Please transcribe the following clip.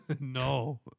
no